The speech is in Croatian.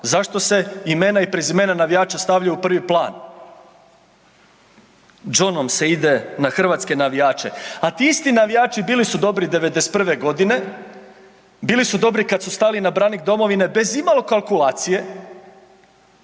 zašto se imena i prezimena navijača stavljaju u prvi plan? Đonom se ide na hrvatske navijače. A ti isti navijači bili su dobri '91. g., bili su dobri kad su stali na branik domovine bez imalo kalkulacije,